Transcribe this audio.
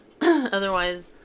otherwise